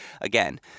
again